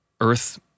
earth